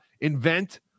invent